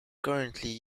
currently